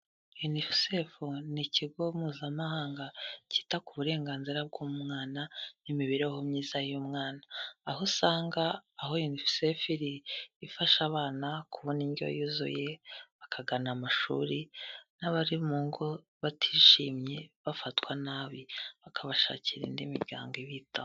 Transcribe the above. Unisefu ni ikigo mpuzamahanga, cyita ku burenganzira bw'umwana, n'imibereho myiza y'umwana. Aho usanga aho unisefu iri, ifasha abana kubona indyo yuzuye, bakagana amashuri, n'abari mu ngo, batishimye, bafatwa nabi, bakabashakira indi miryango ibitaho.